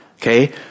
okay